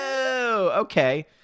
Okay